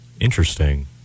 Interesting